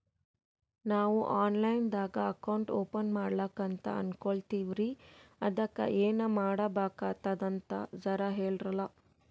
ನಾವು online ದಾಗ account open ಮಾಡ್ಲಕಂತ ಅನ್ಕೋಲತ್ತೀವ್ರಿ ಅದಕ್ಕ ಏನ ಮಾಡಬಕಾತದಂತ ಜರ ಹೇಳ್ರಲ?